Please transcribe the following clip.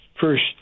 first